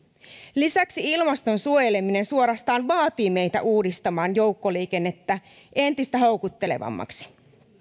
lisäksi ilmaston suojeleminen suorastaan vaatii meitä uudistamaan joukkoliikennettä entistä houkuttelevammaksi